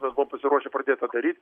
mes buvom pasiruošę pradėt tą daryt